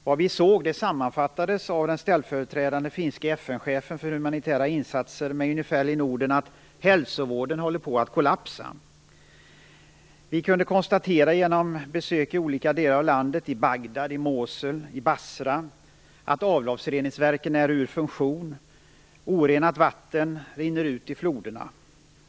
Det vi såg sammanfattades av den ställföreträdande finske FN-chefen för humanitära insatser med ungefärligen orden att hälsovården håller på att kollapsa. Genom besök i olika delar av landet, i Bagdad, i Mosul och Basra, kunde vi konstatera att avloppsreningsverken är ur funktion. Orenat vatten rinner ut i floderna.